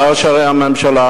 שאר שרי הממשלה,